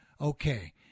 Okay